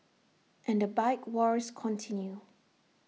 and the bike wars continue